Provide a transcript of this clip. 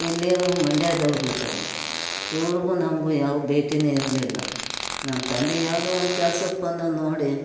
ಇಲ್ಲಿ ಇವರು ಮಂಡ್ಯದವರು ಇದ್ದವರು ಇವ್ರಿಗೂ ನಮಗೂ ಯಾವ ಭೇಟಿಯೇ ಇರಲಿಲ್ಲ ನಮ್ಮ ತಂದೆ ಯಾವುದೋ ಒಂದು ಕೆಲ್ಸಕ್ಕೆ ಬಂದವ್ನು ನೋಡಿ